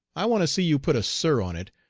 i want to see you put a sir on it,